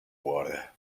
water